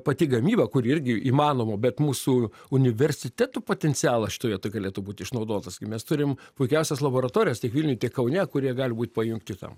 pati gamyba kuri irgi įmanoma bet mūsų universitetų potencialas šitoj vietoj galėtų būti išnaudotas mes turim puikiausias laboratorijas tiek vilniuj tiek kaune kurie jie gali būt pajungti tam